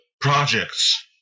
projects